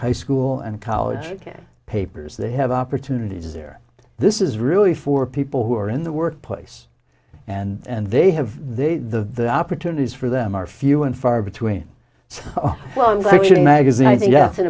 high school and college papers they have opportunities there this is really for people who are in the workplace and they have they the opportunities for them are few and far between well unlike in a magazine i think that's an